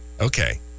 Okay